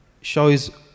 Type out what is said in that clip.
shows